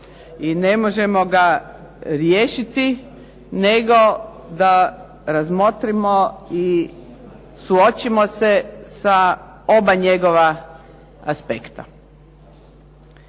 i ne možemo ga riješiti nego da razmotrimo i suočimo se sa oba njegova aspekta.